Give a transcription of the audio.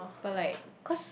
but like cause